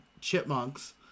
chipmunks